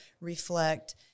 reflect